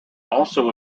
also